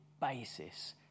basis